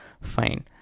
fine